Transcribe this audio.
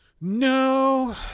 No